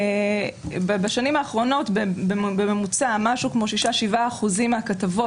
בשנים האחרונות בממוצע משהו כמו 6% 7% מהכתבות